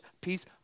peace